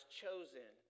chosen